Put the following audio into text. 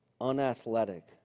unathletic